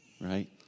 Right